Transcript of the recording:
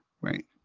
Right